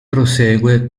prosegue